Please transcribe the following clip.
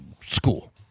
school